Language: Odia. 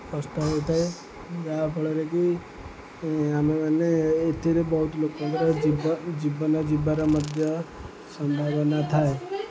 କଷ୍ଟ ହୋଇଥାଏ ଯାହା ଫଳରେକି ଆମେମାନେ ଏଥିରେ ବହୁତ ଲୋକଙ୍କର ଜୀବନ ଜୀବନ ଯିବାର ମଧ୍ୟ ସମ୍ଭାବନା ଥାଏ